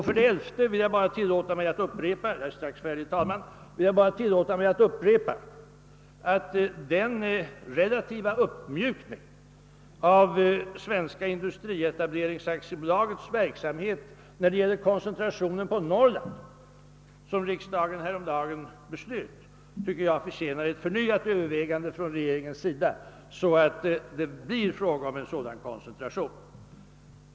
För det elfte vill jag bara upprepa att den relativa uppmjukningen av Svenska =: industrietableringsaktiebolagets verksamhet när det gäller koncentrationen till Norrland, som riksdagen häromdagen beslöt, förtjänar ett förnyat övervägande av regeringen så att det blir fråga om en sådan koncentration.